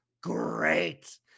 great